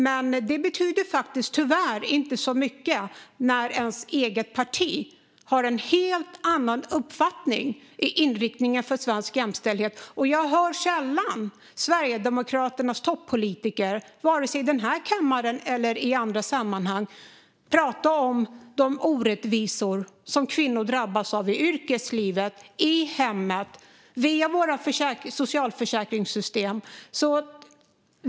Tyvärr betyder det inte så mycket när hennes eget parti har en helt annan uppfattning på sin inriktning för svensk jämställdhet. Jag hör sällan Sverigedemokraternas toppolitiker i kammaren eller i andra sammanhang prata om de orättvisor som kvinnor upplever i yrkeslivet och i hemmet via socialförsäkringssystemet.